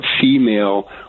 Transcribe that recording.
female